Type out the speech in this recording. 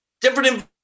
different